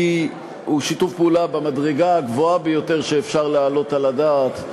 הוא שיתוף פעולה במדרגה הגבוהה ביותר שאפשר להעלות על הדעת,